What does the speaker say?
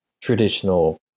traditional